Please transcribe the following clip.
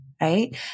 right